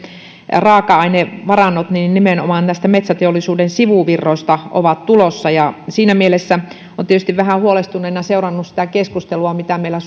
raaka ainevarannot nimenomaan metsäteollisuuden sivuvirroista ovat tulossa siinä mielessä olen tietysti vähän huolestuneena seurannut sitä keskustelua mitä meillä